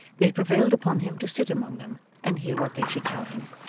they prevailed upon him to sit among them and hear what they should tell him.